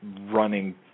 running